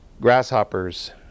grasshoppers